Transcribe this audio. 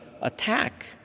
attack